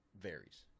varies